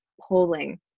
polling